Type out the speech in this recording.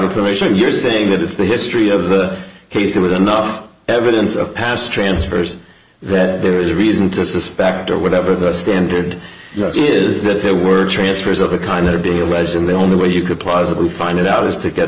information you're saying that if the history of the case there was enough evidence of past transfers that there is reason to suspect or whatever the standard is that there were transfers of a kind of being a rise and the only way you could plausibly find it out is to get